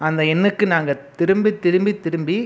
அந்த எண்ணுக்கு நாங்கள் திரும்பி திரும்பி திரும்பி